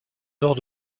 nord